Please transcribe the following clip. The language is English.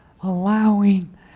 allowing